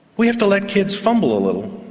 we have to let kids fumble a little,